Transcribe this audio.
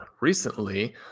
recently